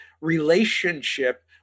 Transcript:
relationship